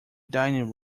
dining